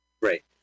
Right